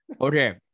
Okay